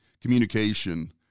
communication